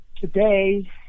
today